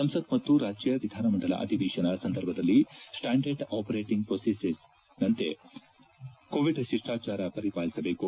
ಸಂಸತ್ ಮತ್ತು ರಾಜ್ಯ ವಿಧಾನಮಂಡಲ ಅಧಿವೇಶನ ಸಂದರ್ಭದಲ್ಲಿ ಸ್ವಾಂಡರ್ಡ್ ಆಪರೇಟಿಂಗ್ ಪ್ರೊಸೀಜರ್ನಂತೆ ಕೋವಿಡ್ ಶಿಷ್ಲಾಚಾರ ಪರಿಪಾಲಿಸಬೇಕು